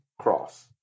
cross